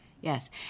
Yes